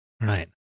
Right